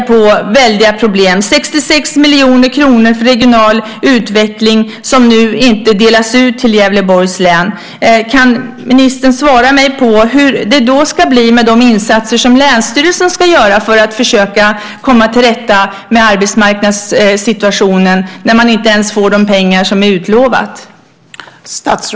Det är fråga om 66 miljoner kronor för regional utveckling som nu inte delas ut till Gävleborgs län. Kan ministern svara mig hur det då ska bli med de insatser länsstyrelsen ska göra för att försöka komma till rätta med arbetsmarknadssituationen när man inte ens får utlovade pengar?